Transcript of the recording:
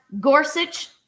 Gorsuch